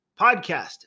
podcast